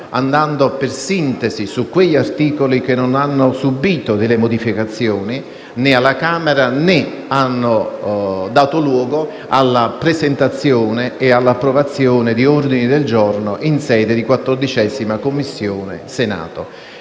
andando per sintesi su quegli articoli che non hanno subìto modificazioni alla Camera né hanno dato luogo alla presentazione e all'approvazione di ordini del giorno in sede di 14a Commissione del Senato.